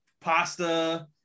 pasta